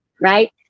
right